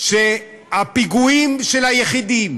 את הפיגועים של היחידים